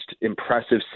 impressive